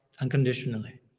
unconditionally